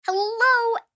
Hello